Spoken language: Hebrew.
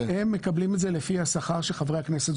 הם מקבלים את זה לפי השכר של חברי הכנסת.